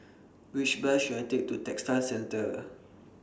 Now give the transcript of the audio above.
Which Bus should I Take to Textile Centre